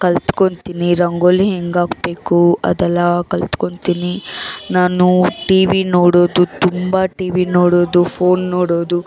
ಕಲ್ತ್ಕೊತೀನಿ ರಂಗೋಲಿ ಹೆಂಗಾಕಬೇಕು ಅದೆಲ್ಲ ಕಲ್ತ್ಕೊತೀನಿ ನಾನು ಟಿ ವಿ ನೋಡೋದು ತುಂಬ ಟಿವಿ ನೋಡೋದು ಫೋನ್ ನೋಡೋದು